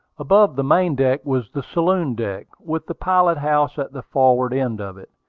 above the main deck was the saloon deck, with the pilot-house at the forward end of it.